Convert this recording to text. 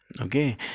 okay